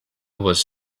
was